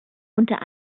unter